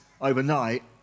overnight